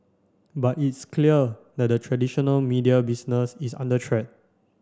but it's clear that the traditional media business is under threat